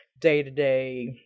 day-to-day